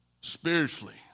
spiritually